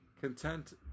content